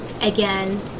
again